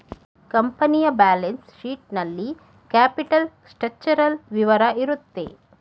ಕಂಪನಿಯ balance sheet ನಲ್ಲಿ capital structural ವಿವರ ಇರುತ್ತೆ